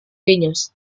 vinyes